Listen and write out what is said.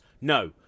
No